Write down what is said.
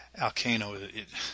Alcano